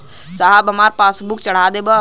साहब हमार पासबुकवा चढ़ा देब?